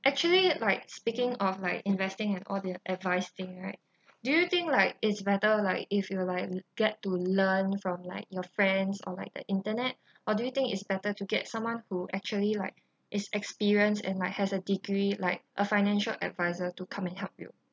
actually like speaking of like investing and all the advice thing right do you think like it's better like if you were like get to learn from like your friends or like the internet or do you think it's better to get someone who actually like is experienced and like has a degree like a financial adviser to come and help you